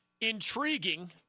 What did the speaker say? intriguing